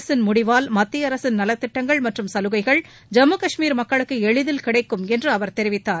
அரசின் முடிவால் மத்திய அரசின் நலத்திட்டங்கள் மற்றும் சலுகைகள் ஜம்மு காஷ்மீர் மக்களுக்கு எளிதில் கிடைக்கும் என்று அவர் தெரிவித்தார்